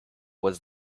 was